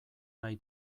nahi